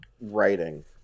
writing